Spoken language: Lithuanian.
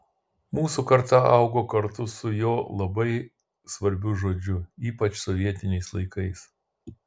mūsų karta augo kartu su jo labai svarbiu žodžiu ypač sovietiniais laikais